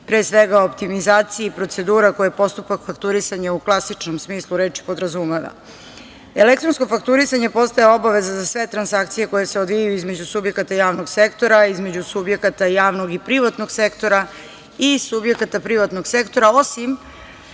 pre svega optimizaciji i procedura koje postupak fakturisanja u klasičnom smislu reči podrazumeva. Elektronsko fakturisanje postaje obaveza za sve transakcije koje se odvijaju između subjekata javnog sektora, između subjekata javnog i privatnog sektora i subjekata privatnog sektora, osim